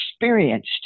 experienced